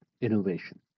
innovation